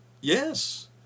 Yes